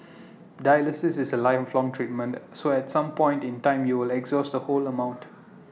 dialysis is A lifelong treatment so at some point in time you will exhaust the whole amount